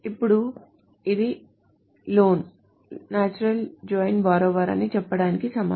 ఇప్పుడు ఇది ఇది loan natural join borrower అని చెప్పడానికి సమానం